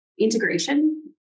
integration